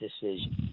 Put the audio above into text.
decision